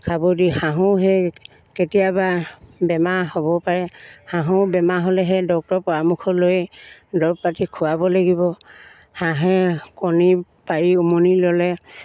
খাব দি হাঁহো সেই কেতিয়াবা বেমাৰ হ'ব পাৰে হাঁহৰো বেমাৰ হ'লে সেই ডক্টৰৰ পৰামৰ্শ লৈ দৰৱ পাতি খোৱাব লাগিব হাঁহে কণী পাৰি উমনি ল'লে